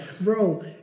bro